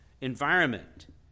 environment